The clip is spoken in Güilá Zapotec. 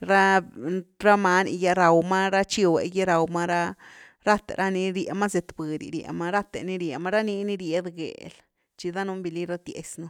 ra-ra many gy raw ma ra chiwe gy raw ma ra, rathe ra ni rie ma zëtbudy rie ma rathe ni rie ma ra nii ni ried gel tchi danun vali ratiaz nú.